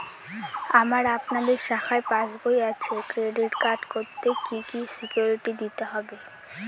আমার আপনাদের শাখায় পাসবই আছে ক্রেডিট কার্ড করতে কি কি সিকিউরিটি দিতে হবে?